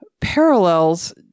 parallels